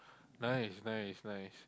nice nice nice